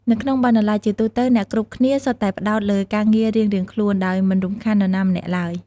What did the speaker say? នៅក្នុងបណ្ណាល័យ ជាទូទៅអ្នកគ្រប់គ្នាសុទ្ធតែផ្តោតលើការងាររៀងៗខ្លួនដោយមិនរំខាននរណាម្នាក់ឡើយ។